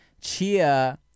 Chia